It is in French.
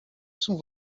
sont